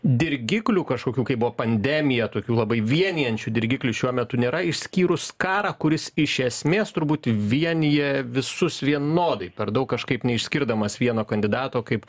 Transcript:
dirgiklių kažkokių kai buvo pandemija tokių labai vienijančių dirgiklių šiuo metu nėra išskyrus karą kuris iš esmės turbūt vienija visus vienodai per daug kažkaip neišskirdamas vieno kandidato kaip